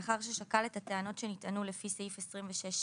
לאחר ששקל את הטענות שנטענו לפי סעיף 26ט,